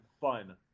fun